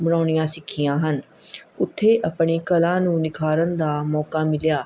ਬਣਾਉਣੀਆਂ ਸਿੱਖੀਆਂ ਹਨ ਉੱਥੇ ਆਪਣੇ ਕਲਾ ਨੂੰ ਨਿਖਾਰਨ ਦਾ ਮੌਕਾ ਮਿਲਿਆ